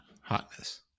hotness